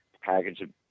package